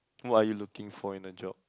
what are you looking for in a job